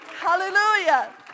hallelujah